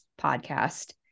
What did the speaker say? podcast